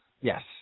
Yes